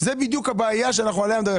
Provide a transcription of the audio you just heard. זו בדיוק הבעיה שאנחנו עליה מדברים.